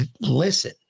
Listen